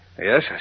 Yes